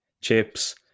Chips